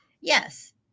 Yes